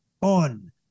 on